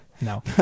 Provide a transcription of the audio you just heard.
No